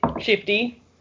shifty